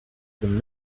them